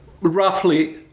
Roughly